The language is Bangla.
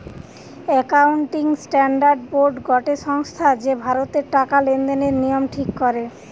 একাউন্টিং স্ট্যান্ডার্ড বোর্ড গটে সংস্থা যে ভারতের টাকা লেনদেনের নিয়ম ঠিক করে